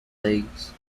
legs